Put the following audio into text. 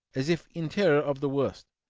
as if in terror of the worst.